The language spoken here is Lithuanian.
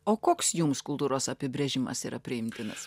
o koks jums kultūros apibrėžimas yra priimtinas